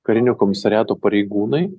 karinio komisariato pareigūnai